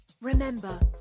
Remember